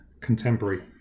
contemporary